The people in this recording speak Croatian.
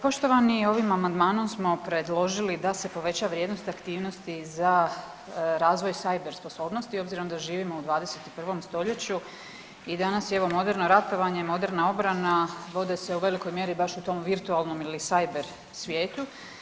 Poštovani, ovim amandmanom smo predložili da se poveća vrijednost aktivnosti za razvoj cyber sposobnosti, obzirom da živimo u 21. stoljeću i danas je evo moderno ratovanje, moderna obrana vode se u velikoj mjeri baš u tom virtualnom ili cyber svijetu.